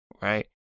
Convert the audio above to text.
Right